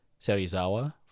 Serizawa